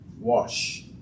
wash